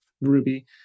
Ruby